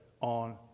on